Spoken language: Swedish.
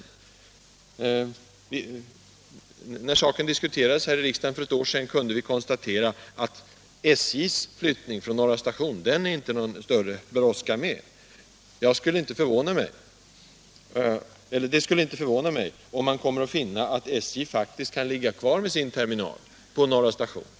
statsrådens När saken diskuterades här i riksdagen för ett år sedan kunde vi konstatjänsteutövning tera att SJ:s flyttning från Norra station var det inte någon större brådska — m.m. med. Det skulle inte förvåna mig, om man kommer att finna att SJ faktiskt kan ligga kvar med sin terminal på Norra station.